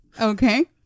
Okay